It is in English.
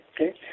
okay